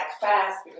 fast